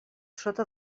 sota